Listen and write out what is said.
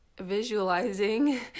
visualizing